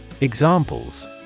Examples